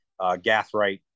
Gathright